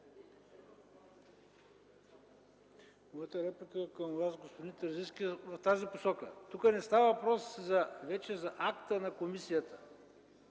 Моята реплика е към Вас, господин Терзийски, в тази посока – тук не става въпрос вече за акта на комисията